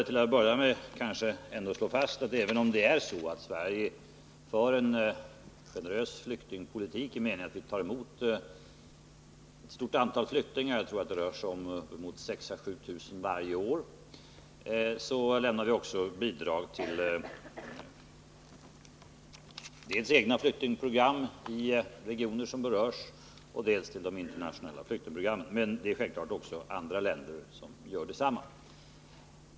Till att börja med kan man slå fast att även om Sverige för en generös flyktingpolitik i den meningen att vi tar emot ett stort antal flyktingar — det rör sig om 6 000-7 000 varje år — lämnar vi också bidrag till dels egna flyktingprogram i regioner som berörs, dels de internationella flyktingprogrammen. Men det är självfallet också andra länder som gör detsamma.